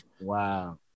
Wow